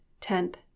tenth